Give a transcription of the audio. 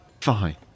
Fine